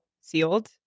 sealed